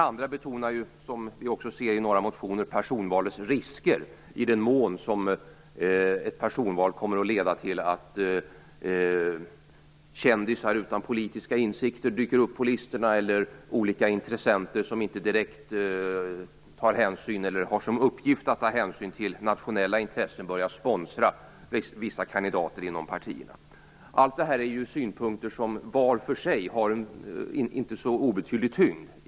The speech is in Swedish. Andra betonar - vilket vi kan se i motioner - personvalets risker, i den mån ett personval kommer att leda till att kändisar utan politiska insikter dyker upp på listorna eller att olika intressenter som inte har som uppgift att ta hänsyn till nationella intressen börjar sponsra vissa kandidater inom partierna. Allt detta är synpunkter som var för sig inte har så obetydlig tyngd.